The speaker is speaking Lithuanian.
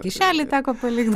kyšelį teko palikt